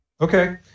okay